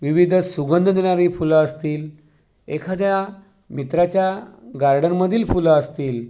विविध सुगंध देणारी फुलं असतील एखाद्या मित्राच्या गार्डनमधील फुलं असतील